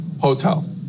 Hotel